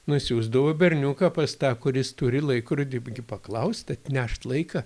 nusiųsdavo berniuką pas tą kuris turi laikrodį gi paklaust atnešt laiką